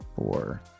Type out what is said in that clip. four